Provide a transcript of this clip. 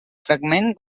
fragment